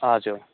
हजुर